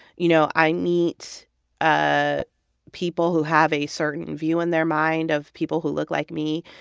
you know, i meet ah people who have a certain view in their mind of people who look like me.